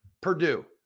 Purdue